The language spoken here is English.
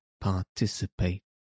participate